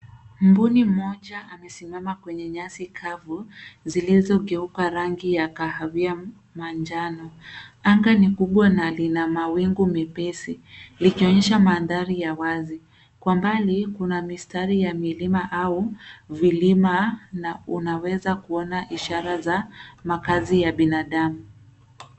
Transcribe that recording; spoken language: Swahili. Mbuni mmoja amesimama kwenye nyasi kavu zilizogeuka rangi ya kahawia manjano. Anga ni kubwa na lina mawingu mepesi likionyesha mandhari ya wazi. Kwa mbali kuna mistari ya milima au vilima na unaweza kuona ishara za makazi ya binadamu.